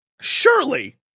surely